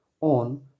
on